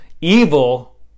evil